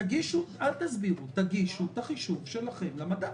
תגישו את החישוב שלכם למדד.